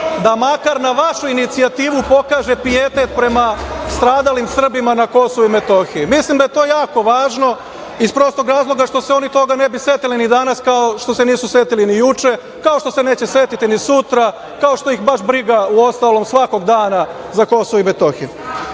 da makar na vašu inicijativu pokaže pijetet prema stradalim Srbima na Kosovu i Metohiji. Mislim da je to jako važno, iz prostog razloga što se oni toga ne bi setili ni danas, kao što se nisu setili ni juče, kao što se neće setiti ni sutra, kao što ih baš briga, uostalom, svakog dana za Kosovo i Metohiju. Pred